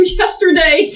yesterday